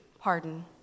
pardon